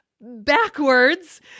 backwards